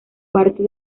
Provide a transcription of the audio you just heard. parte